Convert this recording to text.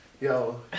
yo